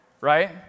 Right